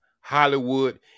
Hollywood